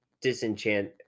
disenchant